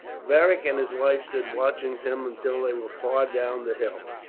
beric and his wife stood watching them until they were far down the hill.